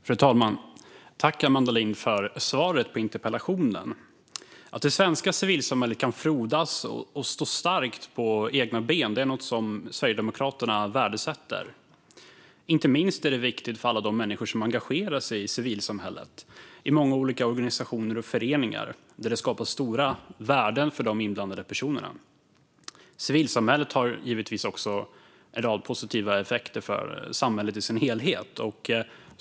Fru talman! Tack, Amanda Lind, för svaret på interpellationen! Att det svenska civilsamhället kan frodas och stå starkt på egna ben är något som Sverigedemokraterna värdesätter. Inte minst är detta viktigt för alla människor som engagerar sig i civilsamhällets många olika organisationer och föreningar, där det skapas stora värden för de inblandade personerna. Civilsamhället har givetvis också en rad positiva effekter för samhället som helhet.